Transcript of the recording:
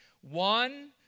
One